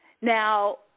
Now